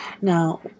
Now